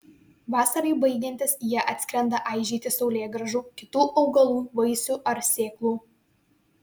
vasarai baigiantis jie atskrenda aižyti saulėgrąžų kitų augalų vaisių ar sėklų